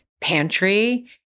pantry